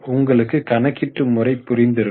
உங்களுக்கு கணக்கீட்டு முறை புரிந்து இருக்கும்